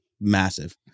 massive